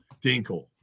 Dinkle